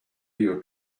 your